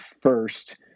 first